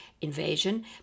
invasion